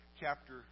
chapter